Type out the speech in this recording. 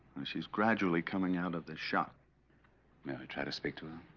she's gradually coming out of the shock may i try to speak to